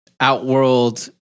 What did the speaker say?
outworld